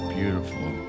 Beautiful